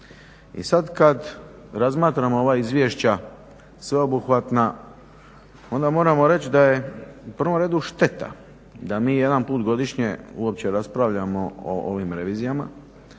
I sad kad razmatramo ova izvješća sveobuhvatna onda moramo reći da je u prvom redu šteta da mi jedan put godišnje uopće raspravljamo o ovim revizijama